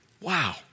Wow